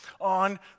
on